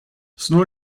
sono